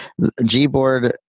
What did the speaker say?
Gboard